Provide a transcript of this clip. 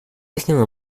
истина